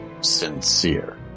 sincere